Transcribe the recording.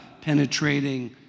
penetrating